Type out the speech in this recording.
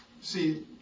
see